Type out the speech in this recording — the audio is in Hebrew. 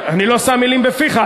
אני לא שם מילים בפיך.